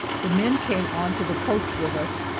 the men came on to the post with us,